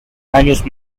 años